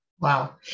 Wow